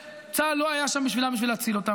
וצה"ל לא היה שם בשבילם בשביל להציל אותם.